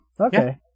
Okay